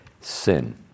sin